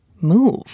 move